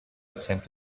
attempt